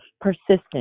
persistent